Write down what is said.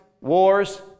Wars